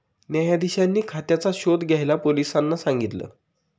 न्यायाधीशांनी खात्याचा शोध घ्यायला पोलिसांना सांगितल